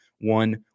one